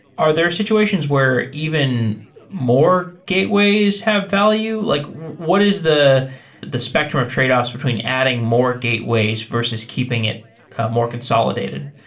are there situations where even more gateways have value? like what is the the spectrum of tradeoffs between adding more gateways versus keeping it more consolidated?